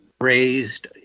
raised